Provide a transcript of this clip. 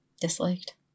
Disliked